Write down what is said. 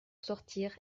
sortir